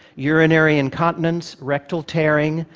urinary incontinence, rectal tearing,